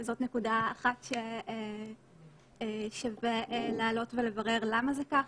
זאת נקודה אחת ששווה לעלות ולברר למה זה ככה.